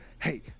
hey